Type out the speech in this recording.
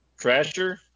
Trasher